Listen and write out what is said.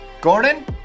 Gordon